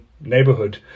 neighborhood